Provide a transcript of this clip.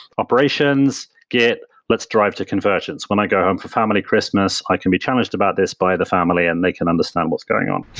operations, git, let's drive to convergence. when i go home for family christmas, i can be challenged about this by the family and they can understand what's going on.